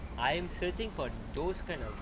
I am searching for those kind of